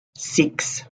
six